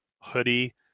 hoodie